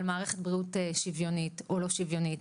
מערכת בריאות שוויונית או לא שוויונית,